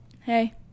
Hey